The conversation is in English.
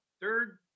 Third